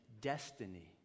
Destiny